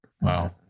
Wow